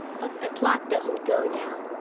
but the clock doesn't go now.